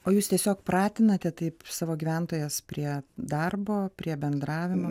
o jūs tiesiog pratinate taip savo gyventojas prie darbo prie bendravimo